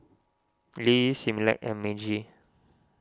Lee Similac and Meiji